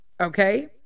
okay